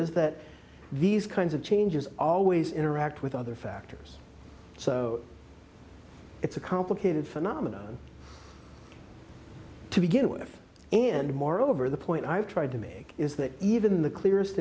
is that these kinds of changes always interact with other factors so it's a complicated phenomenon to begin with and moreover the point i've tried to make is that even the clearest